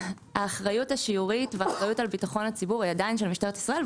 האחריות השיורית והאחריות על ביטחון הציבור היא עדיין של משטרת ישראל,